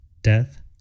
death